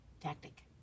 tactic